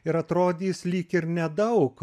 ir atrodys lyg ir nedaug